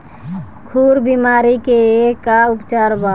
खुर बीमारी के का उपचार बा?